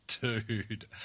Dude